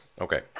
Okay